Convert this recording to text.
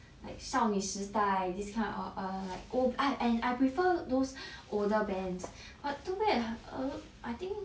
like 少女时代 this kind of err oh and I prefer those older bands but too bad err a lot I think